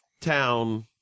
town